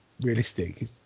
Realistic